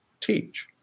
teach